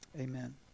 Amen